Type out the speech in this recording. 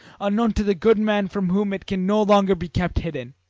unknown to that good man from whom it can no longer be kept hidden,